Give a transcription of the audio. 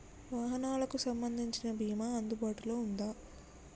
వాహనాలకు సంబంధించిన బీమా అందుబాటులో ఉందా?